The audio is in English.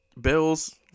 bills